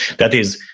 that is,